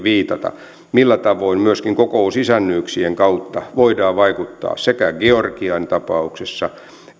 millä tavoin myöskin kokousisännyyksien kautta voidaan vaikuttaa sekä georgian tapauksessa